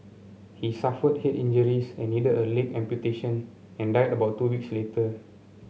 he suffered head injuries and needed a leg amputation and died about two weeks later